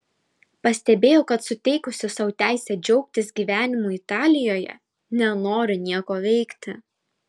pastebėjau kad suteikusi sau teisę džiaugtis gyvenimu italijoje nenoriu nieko veikti